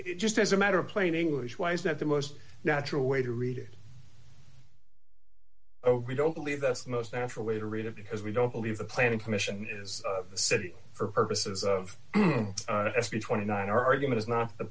just as a matter of plain english why is that the most natural way to read it oh we don't believe that's the most natural way to read it because we don't believe the planning commission is the city for purposes of s b twenty nine our argument is not the